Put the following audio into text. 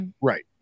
right